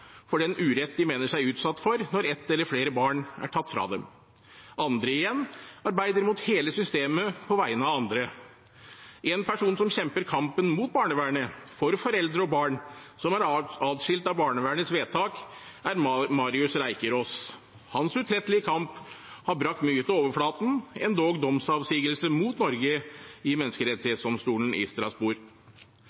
for den urett de mener seg utsatt for når ett eller flere barn er tatt fra dem. Andre arbeider mot hele systemet på vegne av andre. En person som kjemper kampen mot barnevernet for foreldre og barn som er adskilt av barnevernets vedtak, er Marius Reikerås. Hans utrettelige kamp har brakt mye til overflaten, endog domsavsigelse mot Norge i